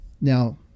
Now